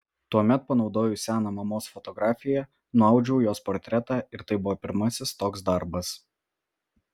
tuomet panaudojus seną mamos fotografiją nuaudžiau jos portretą ir tai buvo pirmasis toks darbas